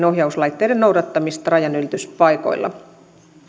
ohjauslaitteiden noudattamista rajanylityspaikoilla